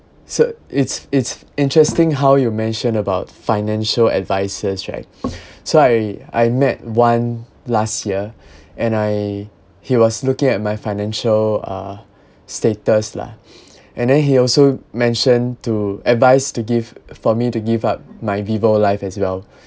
so it's it's interesting how you mention about financial advices says right so I I met one last year and I he was looking at my financial uh status lah and then he also mentioned to advice to give for me to give up my vivo life as well